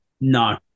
No